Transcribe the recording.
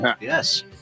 Yes